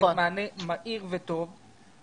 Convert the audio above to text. נותנת מענה מהיר וטוב.